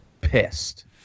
pissed